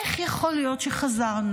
איך יכול להיות שחזרנו,